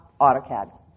AutoCAD